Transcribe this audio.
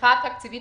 התמיכה התקציבית